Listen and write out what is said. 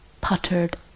puttered